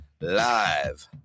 live